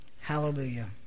Hallelujah